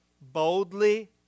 boldly